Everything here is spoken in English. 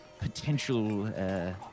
Potential